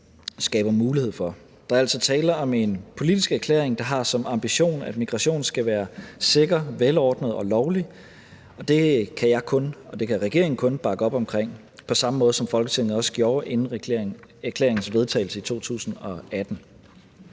skaber mulighed for. Der er altså tale om en politisk erklæring, der har som ambition, at migration skal være sikker, velordnet og lovlig, og det kan jeg og regeringen kun bakke op om, på samme måde som Folketinget også gjorde inden erklæringens vedtagelse i 2018.